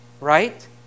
right